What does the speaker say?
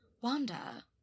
Wanda